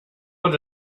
what